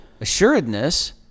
assuredness